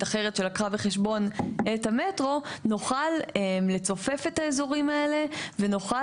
אחרת שלקחה בחשבון את המטרו נוכל לצופף את האזורים האלה ונוכל